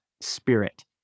spirit